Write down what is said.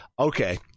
okay